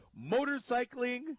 motorcycling